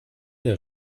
der